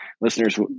Listeners